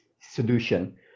solution